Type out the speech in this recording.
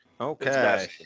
Okay